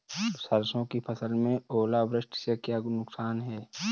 सरसों की फसल में ओलावृष्टि से क्या नुकसान है?